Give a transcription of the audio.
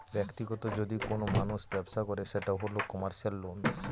ব্যাক্তিগত যদি কোনো মানুষ ব্যবসা করে সেটা হল কমার্সিয়াল লোন